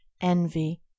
envy